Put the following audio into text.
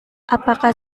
apakah